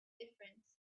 difference